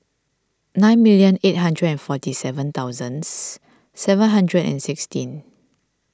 nine million eight hundred and forty seven thousands seven hundred and sixteen